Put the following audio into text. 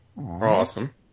Awesome